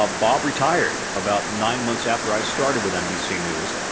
ah bob retired about nine months after i started with nbc news,